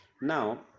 Now